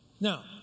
Now